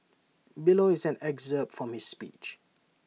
below is an excerpt from his speech